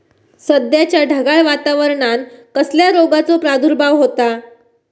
सध्याच्या ढगाळ वातावरणान कसल्या रोगाचो प्रादुर्भाव होता?